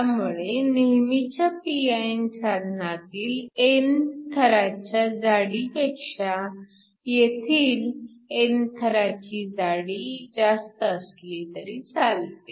त्यामुळे नेहमीच्या pin साधनातील n थराच्या जाडीपेक्षा येथील n थराची जाडी जास्त असली तरी चालते